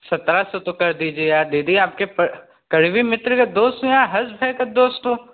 सत्रह सौ तो कर दीजिए यार दीदी आपके प करीबी मित्र के दोस्त हूँ यार हर्ष भाई का दोस्त हूँ